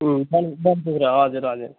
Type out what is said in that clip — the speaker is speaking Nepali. म मान्छेहरू हजुर हजुर